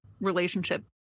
relationship